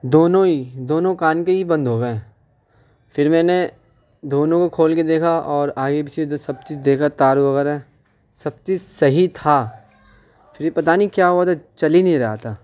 دونوں ہی دونوں کان بھی بند ہو گئے پھر میں نے دونوں کو کھول کے دیکھا اور آگے پیچھے سے جو سب چیز دیکھا تار وغیرہ سب چیز صحیح تھا پھر پتہ نہیں کیا ہوا تھا چل ہی نہیں رہا تھا